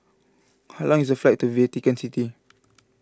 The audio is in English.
how long is the flight to Vatican City